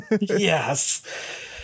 yes